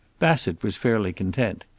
bassett was fairly content.